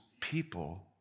people